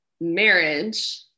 marriage